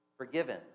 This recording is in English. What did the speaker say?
forgiven